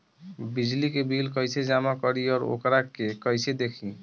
बिजली के बिल कइसे जमा करी और वोकरा के कइसे देखी?